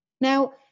Now